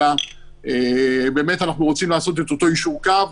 אלא אנחנו באמת רוצים לעשות את אותו יישור קו,